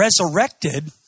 resurrected